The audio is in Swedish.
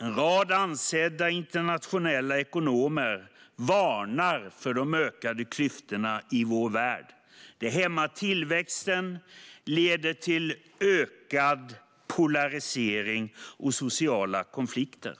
En rad ansedda internationella ekonomer varnar för de ökade klyftorna i vår värld. Det hämmar tillväxten och leder till ökad polarisering och sociala konflikter.